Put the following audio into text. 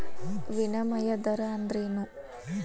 ವಿನಿಮಯ ದರ ಅಂದ್ರೇನು?